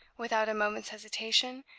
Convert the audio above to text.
without a moment's hesitation,